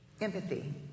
Empathy